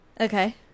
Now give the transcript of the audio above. Okay